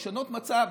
לשנות מצב,